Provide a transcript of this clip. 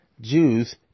Jews